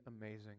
amazing